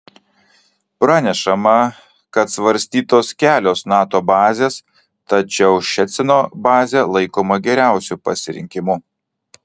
pranešama kad svarstytos kelios nato bazės tačiau ščecino bazė laikoma geriausiu pasirinkimu